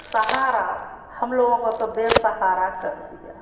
सहारा हमलोगों को तो बेसहारा कर दिया